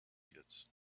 kids